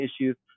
issues